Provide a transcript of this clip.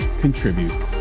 contribute